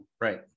Right